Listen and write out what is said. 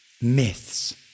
myths